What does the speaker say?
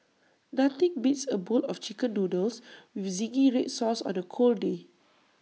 nothing beats A bowl of Chicken Noodles with Zingy Red Sauce on A cold day